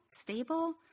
stable